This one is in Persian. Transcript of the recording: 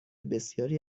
بسیاری